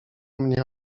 mnie